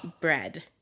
bread